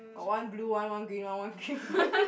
got one blue one one green one one